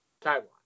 Taiwan